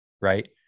right